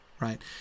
Right